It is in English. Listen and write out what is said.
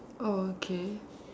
oh okay